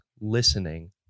listening